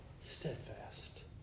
steadfast